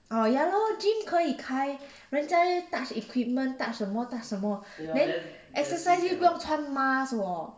orh ya lor gym 可以开人家又 touch equipment then touch 什么 touch 什么 then exercise 又不用穿 mask [wor]